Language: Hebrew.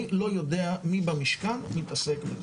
אני לא יודע מי במשכן ייפסק לו.